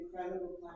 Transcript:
incredible